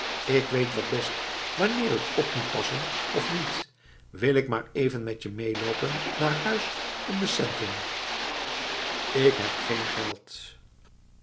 ik weet wat best wanneer ik op moet passen of niet wil ik maar even met je meeloopen naar huis om de centen k heb geen geld